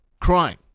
crying